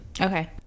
Okay